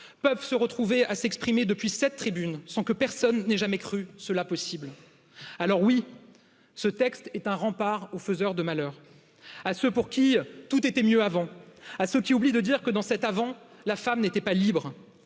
peuvent se retrouver à s'exprimer depuis cette tribune sans que personne n'ait jamais cru cela possible, Alors, oui, ce texte est un rempart aux faiseurs de malheur à ceux pour qui tout était mieux avant à ceux qui oublient de dire que, dans cet avant, la femme n'était pas libre